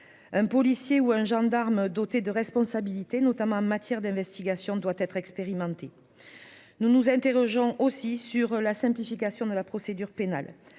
un policier ou un gendarme doté de responsabilités, notamment en matière d'investigation doit être expérimentée, nous nous interrogeons aussi sur la simplification de la procédure pénale,